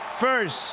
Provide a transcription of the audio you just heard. first